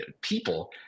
people